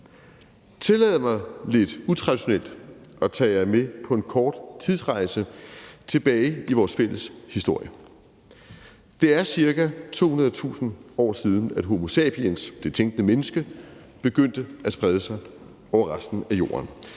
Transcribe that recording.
Tillad mig, lidt utraditionelt, at tage jer med på en kort tidsrejse tilbage i vores fælles historie. Det er ca. 200.000 år siden, at homo sapiens, det tænkende menneske, begyndte at sprede sig over resten af jorden.